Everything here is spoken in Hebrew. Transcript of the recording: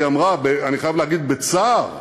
היא אמרה, אני חייב להגיד, ובצער,